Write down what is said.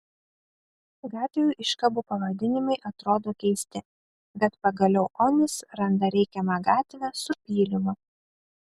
gatvių iškabų pavadinimai atrodo keisti bet pagaliau onis randa reikiamą gatvę su pylimu